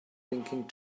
thinking